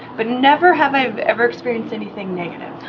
but never have i ever experienced anything negative.